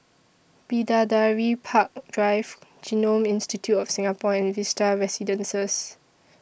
Bidadari Park Drive Genome Institute of Singapore and Vista Residences